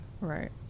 right